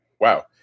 Wow